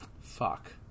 Fuck